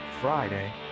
Friday